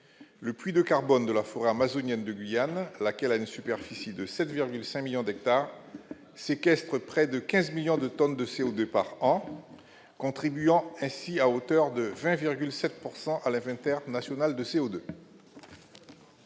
le puits de carbone de la forêt amazonienne de Guyane, laquelle a une superficie de 7,5 millions d'hectares séquestre près de 15 millions de tonnes de CO2 par an, contribuant ainsi à hauteur de 20,7 pourcent à la fin, international de CO2.